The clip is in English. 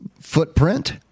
footprint